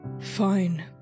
Fine